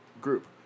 group